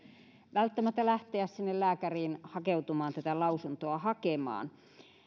välttämättä lähteä sinne lääkäriin hakeutumaan tätä lausuntoa hakemaan